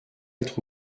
être